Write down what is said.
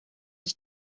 ich